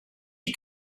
you